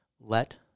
let